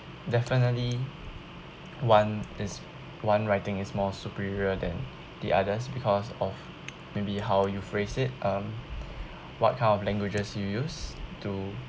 definitely one is one writing is more superior than the others because of maybe how you phrase it um what kind of languages you use to